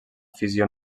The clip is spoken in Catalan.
fissió